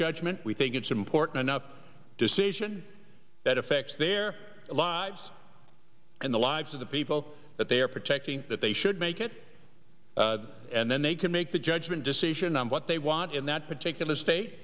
judgment we think it's important enough decision that affects their lives and the lives of the people that they are protecting that they should make it and then they can make that judgment decision on what they want in that particular state